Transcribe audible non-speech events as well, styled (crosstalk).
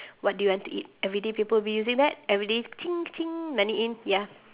what do you want to eat every day people will be using that every day (noise) money in ya